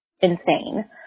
insane